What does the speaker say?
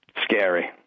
Scary